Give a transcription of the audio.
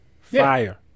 fire